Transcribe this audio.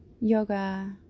yoga